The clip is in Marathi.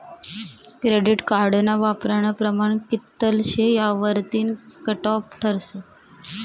क्रेडिट कार्डना वापरानं प्रमाण कित्ल शे यावरतीन कटॉप ठरस